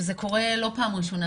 וזה קורה לא בפעם הראשונה,